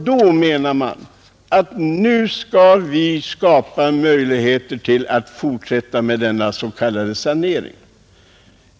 Då menar vi att man bör skapa möjligheter att fortsätta den s.k. saneringen.